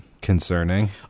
Concerning